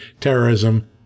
terrorism